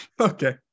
okay